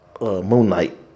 Moonlight